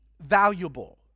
valuable